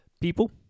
people